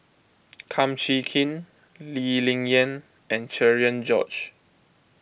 Kum Chee Kin Lee Ling Yen and Cherian George